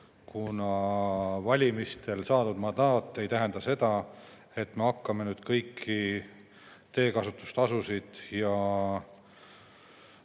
kuna valimistel saadud mandaat ei tähenda seda, et me hakkame nüüd kõiki teekasutustasusid ja